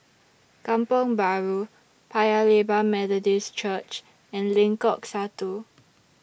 Kampong Bahru Paya Lebar Methodist Church and Lengkok Satu